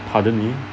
pardon me